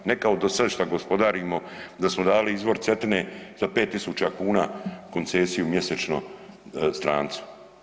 Ne kao do sad što gospodarimo da smo dali izvor Cetine za 5000 kuna koncesiju mjesečno strancu.